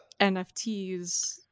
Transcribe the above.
NFTs